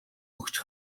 өгч